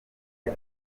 ayo